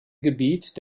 gebiet